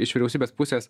iš vyriausybės pusės